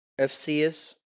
FCS